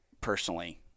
personally